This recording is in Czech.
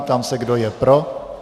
Ptám se, kdo je pro.